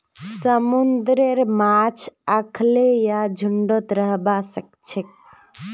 समुंदरेर माछ अखल्लै या झुंडत रहबा सखछेक